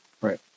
Right